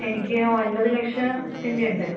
എനിക്ക് ഒൻപത് ലക്ഷത്തിൻ്റെ ഉണ്ട്